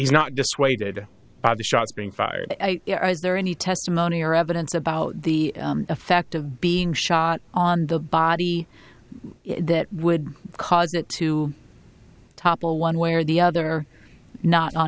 he's not dissuaded by the shots being fired is there any testimony or evidence about the effect of being shot on the body that would cause it to topple one way or the other not on